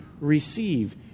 receive